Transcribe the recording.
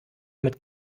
mit